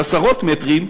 של עשרות מטרים,